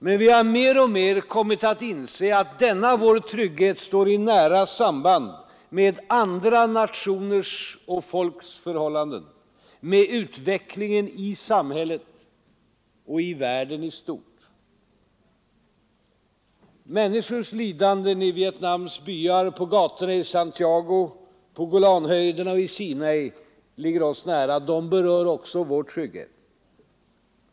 Men vi har mer och mer kommit att inse att denna vår trygghet står i nära samband med andra nationers och folks förhållanden, med utvecklingen i samhället och i världen i stort. Människors lidanden i Vietnams byar, på gatorna i Santiago, på Golanhöjderna och i Sinai ligger oss nära. De berör också vår trygghet.